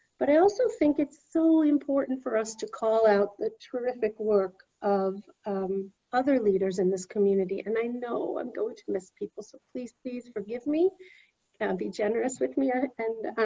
but i also think it's so important for us to call out the terrific work of other leaders in this community. and i know i'm going to miss people, so please, please forgive me and be generous with me, and